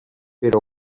però